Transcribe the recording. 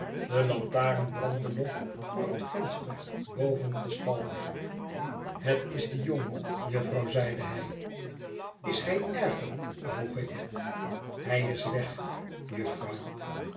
de lantaren brandde nog voor het venster boven den stal het is die jongen jufvrouw zeide hij is hij erger vroeg ik hij is weg jufvrouw